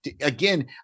again